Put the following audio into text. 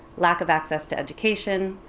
lack of access to education,